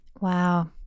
Wow